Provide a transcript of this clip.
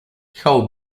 how